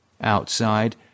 Outside